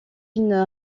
une